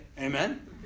Amen